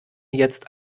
jetzt